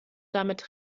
damit